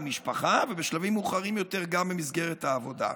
במשפחה ובשלבים מאוחרים יותר גם במסגרת העבודה.